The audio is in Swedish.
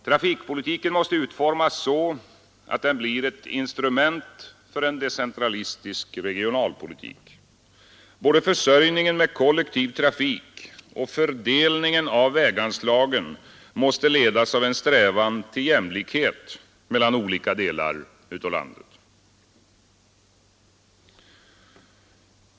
Trafikpolitiken måste utformas så att den blir ett instrument för en decentralistisk regionalpolitik. Både försörjningen med kollektiv trafik och fördelningen av väganslagen måste ledas av en strävan till jämlikhet mellan olika delar av landet.